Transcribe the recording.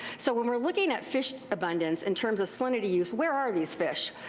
so when weire looking at fish abundance in terms of salinity use, where are these fish?